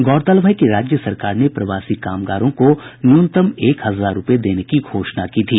गौरतलब है कि राज्य सरकार ने प्रवासी कामगारों को न्यूनतम एक हजार रूपये देने की घोषणा की थी